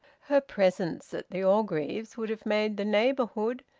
her presence at the orgreaves' would have made the neighbourhood,